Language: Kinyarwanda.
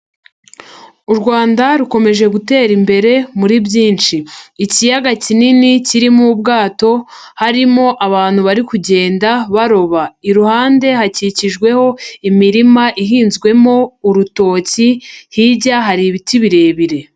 URwanda rukomeje gutera imbere muri byinshi, ikiyaga kinini kirimo ubwato harimo abantu bari kugenda baroba, iruhande hakikijweho imirima ihinzwemo urutoki, hirya hari ibiti birebire.